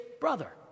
brother